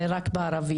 זה רק בערבית,